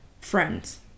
friends